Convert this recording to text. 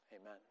Amen